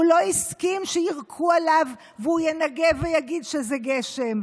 והוא לא הסכים שיירקו עליו והוא ינגב ויגיד שזה גשם.